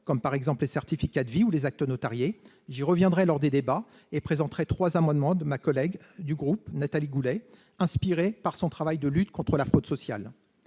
comme les certificats de vie ou les actes notariés. J'y reviendrai au cours des débats et présenterai trois amendements de ma collègue Nathalie Goulet, inspirés par son travail de lutte contre la fraude sociale.